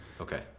Okay